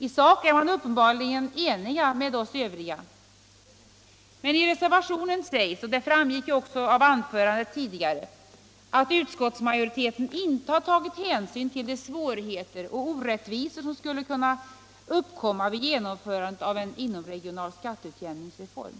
I sak är man uppenbarligen enig med oss övriga, men i reservationen sägs, och det framgick också av anförandet, att utskottsmajoriteten inte har tagit hän-' syn till de svårigheter och orättvisor som skulle kunna uppkomma vid genomförandet av en inomregional skatteutjämningsreform.